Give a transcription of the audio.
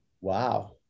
Wow